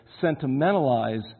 sentimentalize